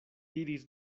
diris